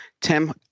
Tim